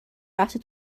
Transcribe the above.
رفته